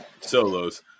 solos